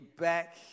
back